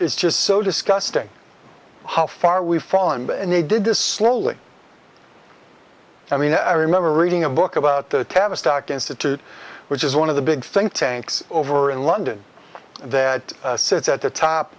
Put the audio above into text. it's just so disgusting how far we've fallen and they did this slowly i mean i remember reading a book about the tavistock institute which is one of the big think tanks over in london that sits at the top